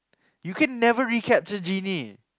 you can never recap to genie